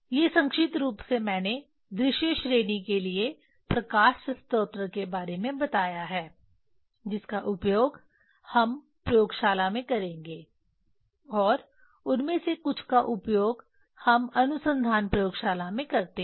ये संक्षिप्त रूप से मैंने दृश्य श्रेणी के लिए प्रकाश स्रोत के बारे में बताया है जिसका उपयोग हम प्रयोगशाला में करेंगे और उनमें से कुछ का उपयोग हम अनुसंधान प्रयोगशाला में करते हैं